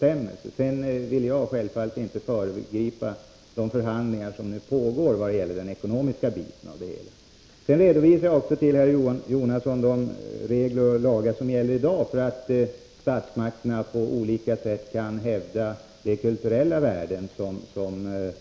Sedan vill jag självfallet inte föregripa de förhandlingar som nu pågår i vad gäller den ekonomiska biten. Jag redovisade också för herr Jonasson de regler och lagar som gäller i dag för att statsmakterna på olika sätt skall kunna hävda de kulturella värden som här